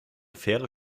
faire